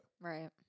Right